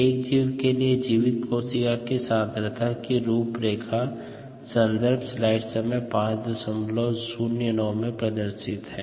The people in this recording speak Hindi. एक जीव के लिए जीवित कोशिका सांद्रता की रूपरेखा सन्दर्भ स्लाइड समय 0509 में प्रदर्शित है